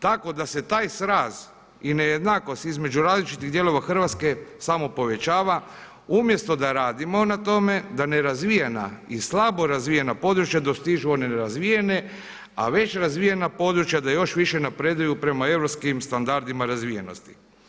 Tako da se taj sraz i nejednakost između različitih dijelova Hrvatske samo povećava, umjesto da radimo na tome da nerazvijena i slabo razvijena područja dostižu one nerazvijene a već razvijena područja da još više napreduju prema europskih standardima razvijenosti.